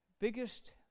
Biggest